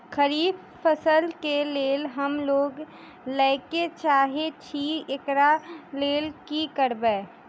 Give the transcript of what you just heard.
खरीफ फसल केँ लेल हम लोन लैके चाहै छी एकरा लेल की करबै?